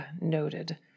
Noted